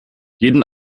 jeden